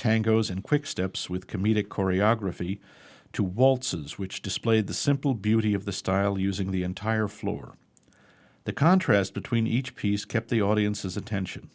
tangos in quick steps with comedic choreography to waltzes which displayed the simple beauty of the style using the entire floor the contrast between each piece kept the audience's attention